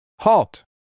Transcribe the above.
Halt